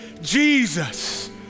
Jesus